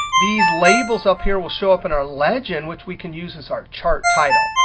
these labels up here will show up in our legend which we can use as our chart title.